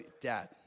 Dad